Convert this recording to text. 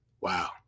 Wow